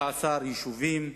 16 יישובים.